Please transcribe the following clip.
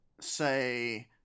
say